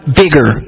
bigger